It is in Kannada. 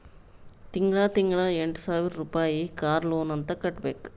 ತಿಂಗಳಾ ತಿಂಗಳಾ ಎಂಟ ಸಾವಿರ್ ರುಪಾಯಿ ಕಾರ್ ಲೋನ್ ಅಂತ್ ಕಟ್ಬೇಕ್